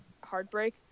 Heartbreak